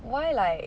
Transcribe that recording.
why like